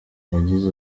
yagize